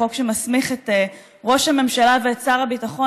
החוק שמסמיך את ראש הממשלה ואת שר הביטחון,